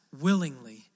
willingly